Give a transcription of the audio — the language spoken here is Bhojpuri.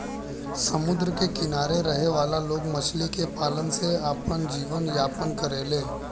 समुंद्र के किनारे रहे वाला लोग मछली के पालन से आपन जीवन यापन करेले